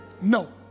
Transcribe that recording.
no